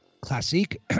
Classique